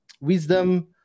wisdom